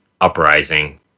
uprising